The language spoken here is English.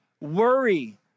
worry